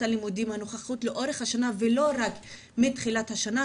הלימודים הנוכחית לאורך השנה ולא רק מתחילת השנה,